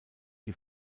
die